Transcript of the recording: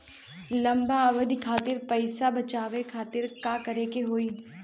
लंबा अवधि खातिर पैसा बचावे खातिर का करे के होयी?